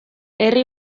herri